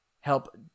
help